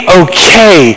okay